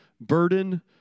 burden